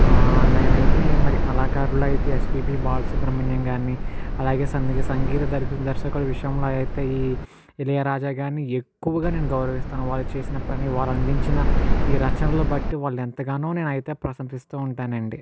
ఆ నేను అయితే మరి కళాకారులయితే యస్ పి బి బాలసుబ్రమణ్యం గారిని అలాగే సందగి సంగీత దరి దర్శకుల విషయంలో అయితే ఈ ఇళయరాజా గారిని ఎక్కువగా నేను గౌరవిస్తాను వాళ్ళు చేసిన పని వాళ్ళు అందించిన ఈ రచనలు బట్టి వాళ్ళెంతగానో నేను అయితే ప్రశంసిస్తూ ఉంటానండి